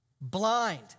blind